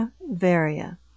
varia